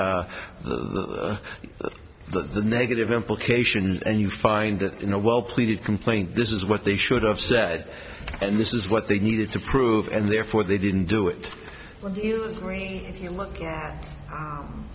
t the negative implications and you find that in a well pleaded complaint this is what they should have said and this is what they needed to prove and therefore they didn't do it well do you agree if you look at u